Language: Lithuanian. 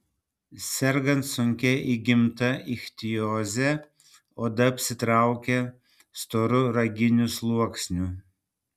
sergant sunkia įgimta ichtioze oda apsitraukia storu raginiu sluoksniu